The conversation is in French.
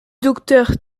docteur